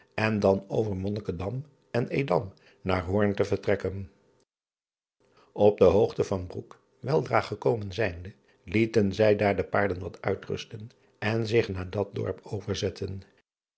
en dan over onnikkendam en dam naar oorn te vertrekken p de hoogte van roek weldra gekomen zijnde lieten zij daar de paarden wat uitrusten en zich naar dat dorp overzetten